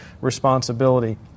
responsibility